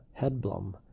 Headblum